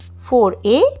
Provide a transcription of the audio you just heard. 4A